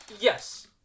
Yes